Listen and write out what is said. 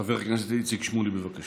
חבר הכנסת איציק שמולי, בבקשה.